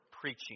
preaching